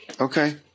Okay